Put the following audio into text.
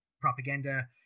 propaganda